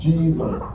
Jesus